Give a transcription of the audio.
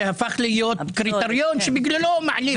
זה הפך להיות קריטריון שבגללו מעלים.